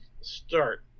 start